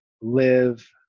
live